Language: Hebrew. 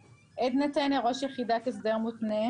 אני ראש יחידת הסדר מותנה.